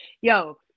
Yo